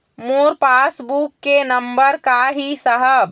मोर passbook के number का ही साहब?